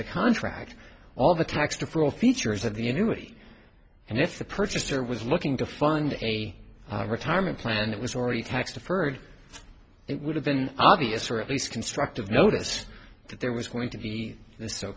the contract all the tax deferral features of the anybody and if the purchaser was looking to find a retirement plan it was already tax deferred it would have been obvious or at least constructive notice that there was going to be